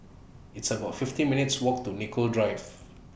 It's about fifteen minutes' Walk to Nicoll Drive